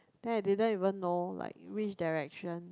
then I didn't even know which direction